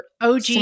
OG